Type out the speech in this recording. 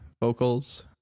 vocals